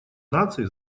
наций